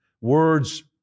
words